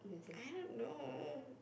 I don't know